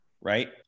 right